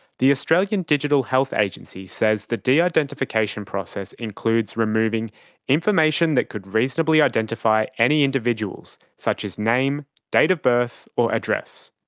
the australian digital health agency says the de-identification process includes removing information that could reasonably identify any individuals such as name, date of birth or address.